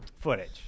footage